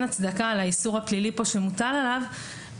הצדקה לאיסור הפלילי פה שמוטל עליו,